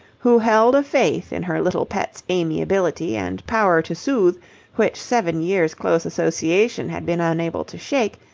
who held a faith in her little pet's amiability and power to soothe which seven years' close association had been unable to shake,